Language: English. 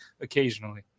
occasionally